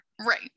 Right